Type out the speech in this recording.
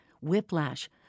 whiplash